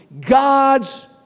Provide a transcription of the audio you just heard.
God's